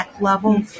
level